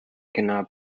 cannot